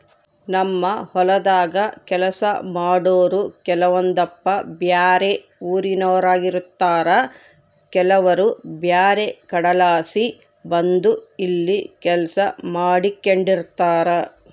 ನಮ್ಮ ಹೊಲದಾಗ ಕೆಲಸ ಮಾಡಾರು ಕೆಲವೊಂದಪ್ಪ ಬ್ಯಾರೆ ಊರಿನೋರಾಗಿರುತಾರ ಕೆಲವರು ಬ್ಯಾರೆ ಕಡೆಲಾಸಿ ಬಂದು ಇಲ್ಲಿ ಕೆಲಸ ಮಾಡಿಕೆಂಡಿರ್ತಾರ